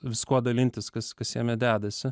viskuo dalintis kas kas jame dedasi